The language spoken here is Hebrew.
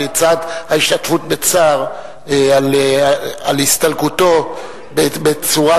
בצד ההשתתפות בצער על הסתלקותו בצורה